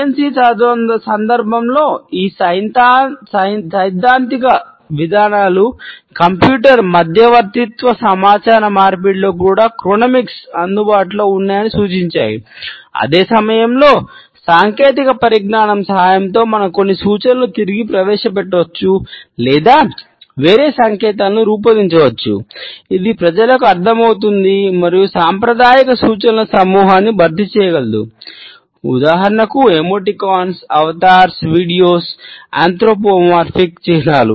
C ఎం సి చిహ్నాలు